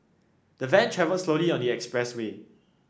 the van travelled slowly on the express way